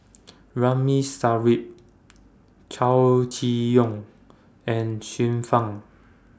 Ramli Sarip Chow Chee Yong and Xiu Fang